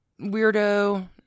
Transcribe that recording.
weirdo